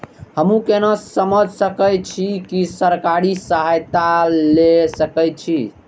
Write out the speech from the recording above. हमू केना समझ सके छी की सरकारी सहायता ले सके छी?